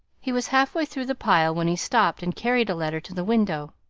he was half-way through the pile when he stopped and carried a letter to the window.